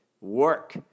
work